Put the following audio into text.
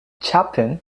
chapin